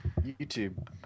YouTube